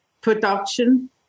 production